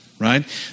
right